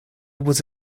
was